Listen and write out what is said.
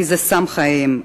כי זה סם חייהן,